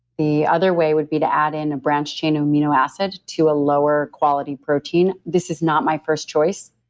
the other way would be to add in a branched-chain amino acid to a lower quality protein. this is not my first choice.